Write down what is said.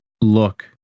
look